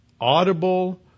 audible